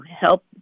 help